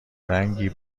رنگی